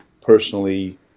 personally